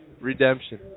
Redemption